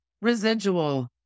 residual